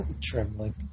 trembling